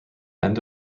end